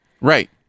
Right